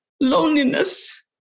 loneliness